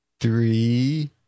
Three